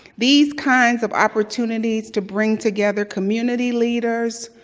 these kinds of opportunities to bring together community leaders,